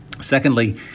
Secondly